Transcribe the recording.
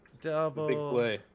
Double